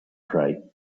pray